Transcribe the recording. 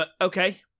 Okay